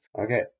Okay